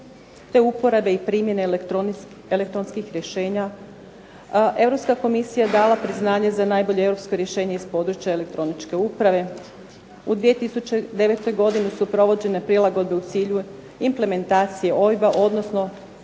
te uporabe i primjene elektronskih rješenja. Europska komisija dala priznanje za najbolje europsko rješenje iz područja elektroničke uprave. U 2009. godini su provođene prilagodbe u cilju implementacije OIB-a, odnosno